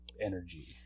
energy